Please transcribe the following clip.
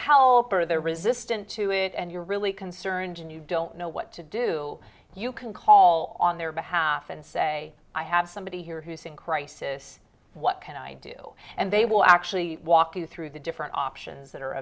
help or they're resistant to it and you're really concerned and you don't know what to do you can call on their behalf and say i have somebody here who's in crisis what can i do and they will actually walk you through the different options that are